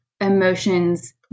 emotions